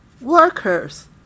workers